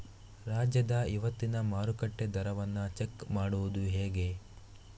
ರಾಜ್ಯದ ಇವತ್ತಿನ ಮಾರುಕಟ್ಟೆ ದರವನ್ನ ಚೆಕ್ ಮಾಡುವುದು ಹೇಗೆ?